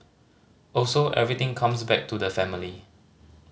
also everything comes back to the family